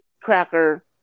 Cracker